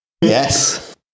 Yes